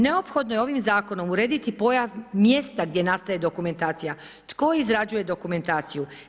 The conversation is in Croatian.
Neophodno je ovim zakonom urediti pojam mjesta gdje nastaje dokumentacije, tko izrađuje dokumentaciju?